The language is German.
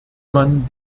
man